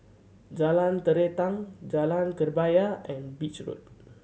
Jalan Terentang Jalan Kebaya and Beach Road